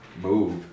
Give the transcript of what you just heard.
move